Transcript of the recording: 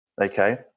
okay